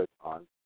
on